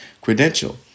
credential